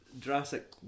Jurassic